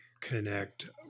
connect